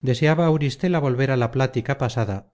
deseaba auristela volver a la plática pasada